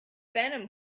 venom